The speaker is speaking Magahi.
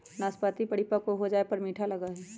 नाशपतीया परिपक्व हो जाये पर मीठा लगा हई